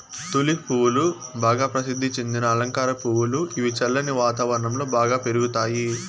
tulip పువ్వులు బాగా ప్రసిద్ది చెందిన అలంకార పువ్వులు, ఇవి చల్లని వాతావరణం లో బాగా పెరుగుతాయి